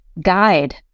guide